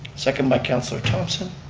second by councilor thompson.